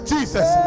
Jesus